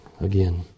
again